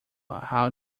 how